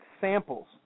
samples